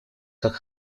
как